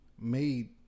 made